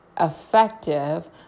effective